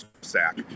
sack